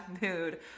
mood